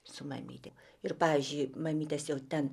su mamyte ir pavyzdžiui mamytės jau ten